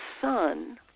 Son